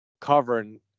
covering